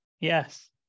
yes